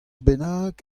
bennak